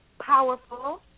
powerful